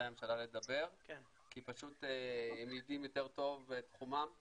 הממשלה לדבר כי פשוט הם יודעים יותר טוב בתחומם.